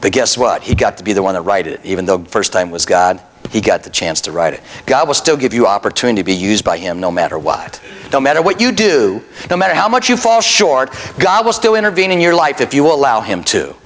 to guess what he got to be the one to write it even though the first time was god he got the chance to write it god will still give you opportunity be used by him no matter what no matter what you do no matter how much you fall short god was to intervene in your life if you allow him to